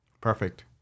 Perfect